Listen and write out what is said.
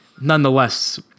nonetheless